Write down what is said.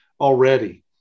already